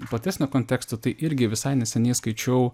platesnio konteksto tai irgi visai neseniai skaičiau